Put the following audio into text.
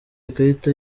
ikarita